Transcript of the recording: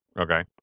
Okay